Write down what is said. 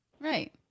Right